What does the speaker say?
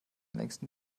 längsten